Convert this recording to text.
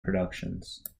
productions